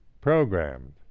programmed